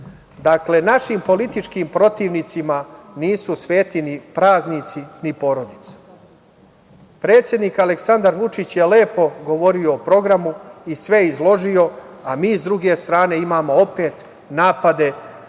Dakle, našim političkim protivnicima nisu sveti ni praznici, ni porodica. Predsednik Aleksandar Vučić je lepo govorio o programu i sve izložio, a mi s druge strane imamo opet napade